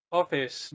office